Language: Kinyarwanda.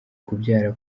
kubyara